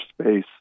space